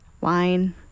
Wine